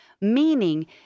Meaning